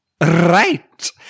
right